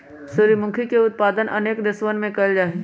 सूर्यमुखी के उत्पादन अनेक देशवन में कइल जाहई